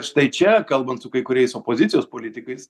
štai čia kalbant su kai kuriais opozicijos politikais